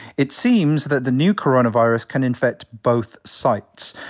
it seems that the new coronavirus can infect both sites.